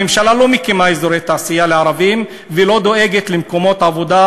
הממשלה לא מקימה אזורי תעשייה לערבים ולא דואגת למקומות עבודה,